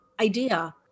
idea